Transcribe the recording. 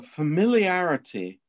familiarity